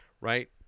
Right